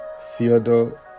Theodore